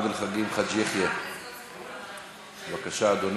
עבד אל חכים חאג' יחיא, בבקשה, אדוני.